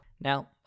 Now